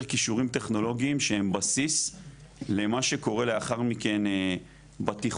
כישורים טכנולוגיים שהם בסיס למה שקורה לאחר מכן בתיכון.